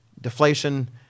deflation